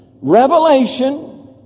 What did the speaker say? Revelation